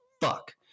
fuck